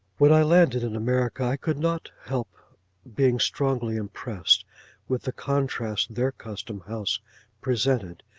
when i landed in america, i could not help being strongly impressed with the contrast their custom-house presented,